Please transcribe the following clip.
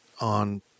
on